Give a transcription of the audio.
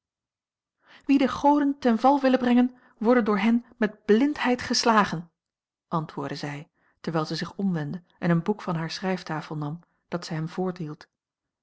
wien de goden ten val willen brengen worden door hen met blindheid geslagen antwoordde zij terwijl zij zich omwendde en een boek van hare schrijftafel nam dat zij